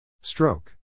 Stroke